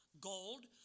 gold